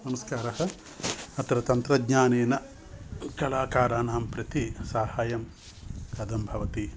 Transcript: नमस्कारः अत्र तन्त्रज्ञानेन कलाकाराणां प्रति साहाय्यं कथं भवति